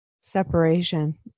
Separation